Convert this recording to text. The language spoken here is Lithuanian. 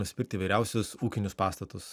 nuspirkt įvairiausius ūkinius pastatus